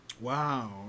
Wow